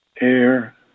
air